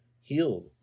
healed